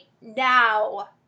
now